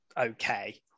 okay